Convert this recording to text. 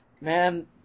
Man